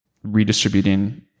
redistributing